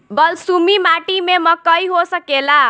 बलसूमी माटी में मकई हो सकेला?